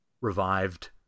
revived